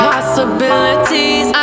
Possibilities